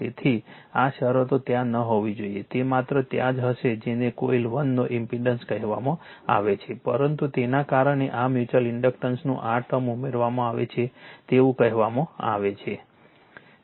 તેથી આ શરતો ત્યાં ન હોવી જોઈએ તે માત્ર ત્યાં જ હશે જેને કોઇલ 1 નો ઇમ્પેડન્સ કહેવામાં આવે છે પરંતુ તેના કારણે આ મ્યુચ્યુઅલ ઇન્ડક્ટન્સનું આ ટર્મ ઉમેરવામાં આવે છે તેવું કહેવામાં આવે છે